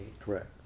Correct